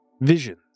visions